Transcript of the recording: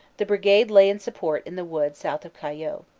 the brigade lay in support in the wood south of cayeux.